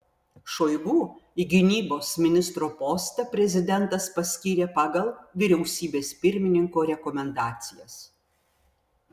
šoigu į gynybos ministro postą prezidentas paskyrė pagal vyriausybės pirmininko rekomendacijas